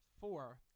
Four